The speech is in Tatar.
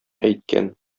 әйткән